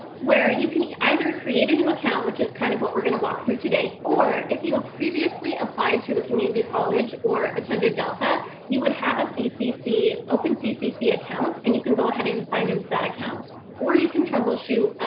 where you can either create a new account which is kind of what we're gonna walk through today or if you have ah previously applied to the community college or attended delta you would have an openccc account and you can go ahead and sign into that account or you can troubleshoot,